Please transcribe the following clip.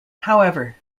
however